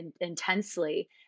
intensely